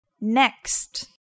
Next